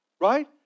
right